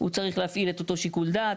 הוא צריך להפעיל את אותו שיקול דעת.